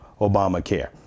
Obamacare